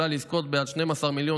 שבו רשות יכולה לזכות בעד 12 מיליון